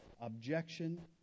objection